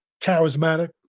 charismatic